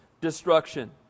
destruction